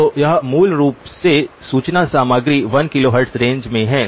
तो यह मूल रूप से सूचना सामग्री 1 किलोहर्ट्ज़ रेंज में है